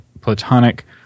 platonic